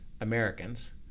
Americans